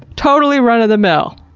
totally run-of-the-mill.